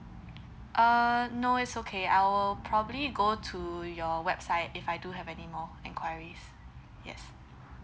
uh no it's okay I will probably go to your website if I do have anymore enquiries yes